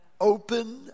Open